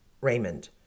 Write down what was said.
Raymond